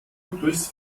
durchs